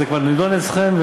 זה כבר נדון אצלכם,